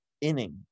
inning